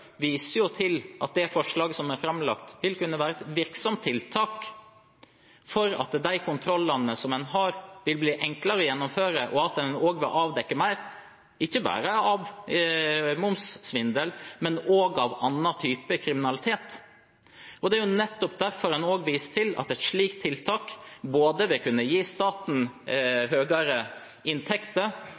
viser jo til at forslaget som er framlagt, vil kunne være et virksomt tiltak for at kontrollene blir enklere å gjennomføre, og at det også kan avdekke mer ikke bare av momssvindel, men også av annen type kriminalitet. Det er nettopp derfor en også viser til at et slikt tiltak både vil kunne gi staten høyere inntekter